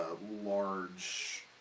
large